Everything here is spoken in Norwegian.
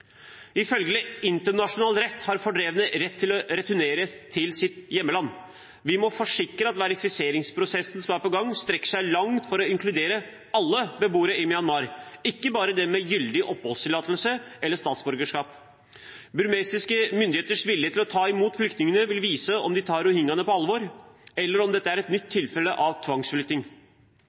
Ifølge internasjonal rett har fordrevne rett til å returnere til sitt hjemland. Vi må forsikre oss om at verifiseringsprosessen som er på gang, strekker seg langt for å inkludere alle beboere i Myanmar, ikke bare dem med gyldig oppholdstillatelse eller statsborgerskap. Burmesiske myndigheters vilje til å ta imot flyktningene vil vise om de tar rohingyaene på alvor, eller om dette er et nytt tilfelle av tvangsflytting.